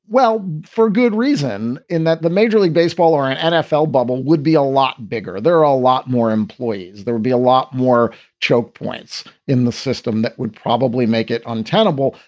well, for good reason in that the major league baseball or an nfl bubble would be a lot bigger. there are a lot more employees. there would be a lot more choke points in the system that would probably make it untenable.